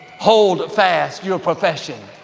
hold fast your profession.